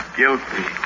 guilty